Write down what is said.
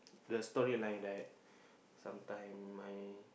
the story line right sometime I